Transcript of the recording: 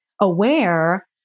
aware